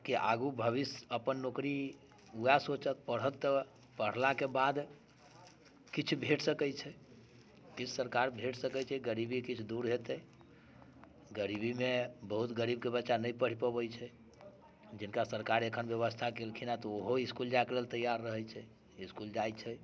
के आगू भविष्य अपन नौकरी उएह सोचत पढ़त तऽ पढ़लाके बाद किछु भेट सकैत छै किछु सरकार भेट सकैत छै गरीबी किछु दूर हेतै गरीबीमे बहुत गरीबके बच्चा नहि पढ़ि पबैत छै जिनका सरकार एखन व्यवस्था केलखिन हेँ तऽ ओहो इस्कुल जाइके लेल तैयार रहैत छै इस्कुल जाइत छै